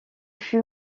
fut